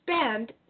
Spend